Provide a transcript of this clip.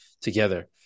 together